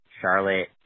Charlotte